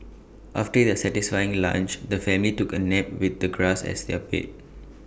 after their satisfying lunch the family took A nap with the grass as their bed